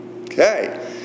Okay